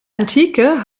antike